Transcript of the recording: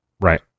Right